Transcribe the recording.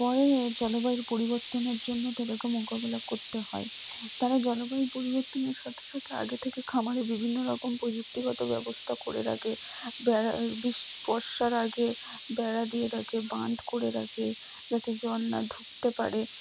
পরে জলবায়ুর পরিবর্তনের জন্য তাদেরকে মোকাবেলা করতে হয় তারা জলবায়ু পরিবর্তনের সাথে সাথে আগে থেকে খামারে বিভিন্ন রকম প্রযুক্তিগত ব্যবস্থা করে রাখে বেড়া বর্ষার আগে বেড়া দিয়ে রাখে বাঁধ করে রাখে যাতে জল না ঢুকতে পারে